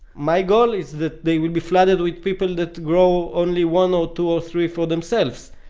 my goal is that they will be flooded with people that grow only one or two or three for themselves.